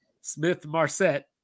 Smith-Marset